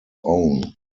own